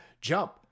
jump